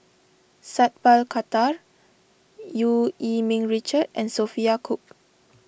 Sat Pal Khattar Eu Yee Ming Richard and Sophia Cooke